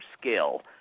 scale